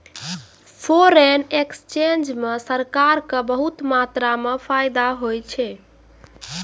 foreign exchange म सरकार क बहुत मात्रा म फायदा होय छै